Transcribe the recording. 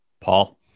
Paul